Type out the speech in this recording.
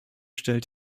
stellt